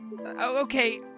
Okay